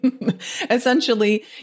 essentially